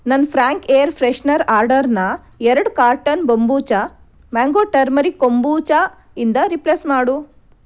ನನ್ನ Frank air freshener ಆರ್ಡರನ್ನು ಎರಡು carton kombucha mango turmeric kombucha ಇಂದ ರಿಪ್ಲೇಸ್ ಮಾಡು